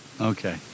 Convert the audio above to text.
Okay